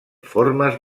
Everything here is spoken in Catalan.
formes